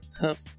tough